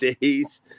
days